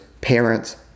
parents